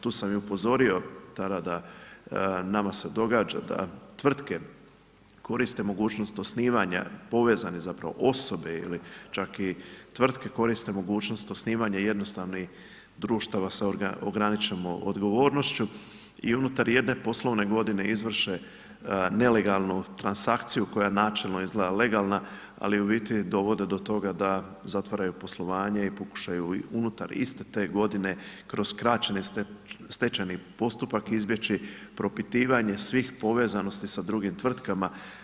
Tu sam i upozorio tada da nama se događa da tvrtke koriste mogućnost osnivanja povezane zapravo osobe ili čak i tvrtke koriste mogućnost osnivanja jednostavnih društava sa ograničenom odgovornošću i unutar jedne poslovne godine izvrše nelegalnu transakciju koja načelno izgleda legalna ali u biti dovode do toga da zatvaraju poslovanje i pokušaju unutar iste te godine kroz skraćeni stečajni postupak izbjeći propitivanje svih povezanosti sa drugim tvrtkama.